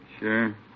Sure